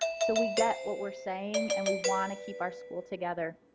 so we get what we are saying and we want to keep our school together.